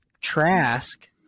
trask